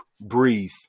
breathe